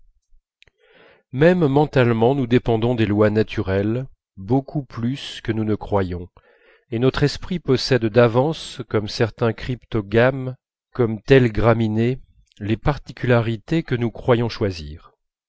même mentalement nous dépendons des lois naturelles beaucoup plus que nous croyons et notre esprit possède d'avance comme certain cryptogame comme telle graminée les particularités que nous croyons choisir